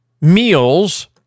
meals